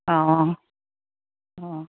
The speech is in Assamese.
অঁ অঁ অঁ